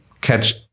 catch